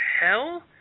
hell